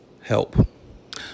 help